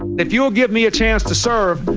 if you'll give me a chance to serve,